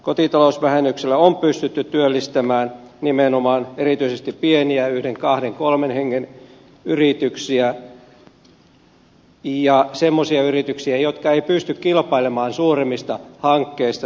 kotitalousvähennyksellä on pystytty työllistämään nimenomaan erityisesti pieniä yhden kahden kolmen hengen yrityksiä ja semmoisia yrityksiä jotka eivät pysty kilpailemaan suuremmista hankkeista suuremmista urakoista